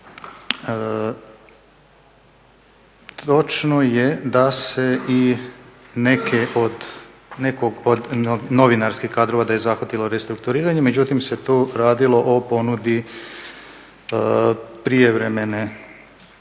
Točno je da se i neke od novinarskih kadrova da je zahvatilo restrukturiranje, međutim se tu radilo o ponudi prijevremene